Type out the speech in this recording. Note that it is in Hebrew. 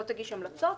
לא תגיש המלצות.